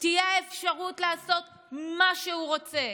תהיה האפשרות לעשות מה שהוא רוצה,